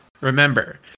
Remember